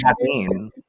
caffeine